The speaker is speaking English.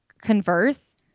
converse